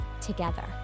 together